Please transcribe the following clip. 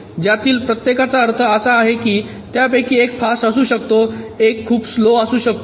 त्यातील प्रत्येकाचा अर्थ असा आहे की त्यापैकी एक फास्ट असू शकतो एक खूप स्लो असू शकतो